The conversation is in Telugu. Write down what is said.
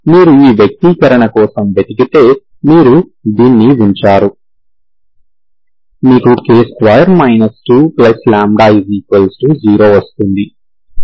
మీరు ఈ వ్యక్తీకరణ కోసం వెతికితే మీరు దీన్ని ఉంచారు మీకు k2 2λ0 వస్తుంది